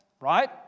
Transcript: Right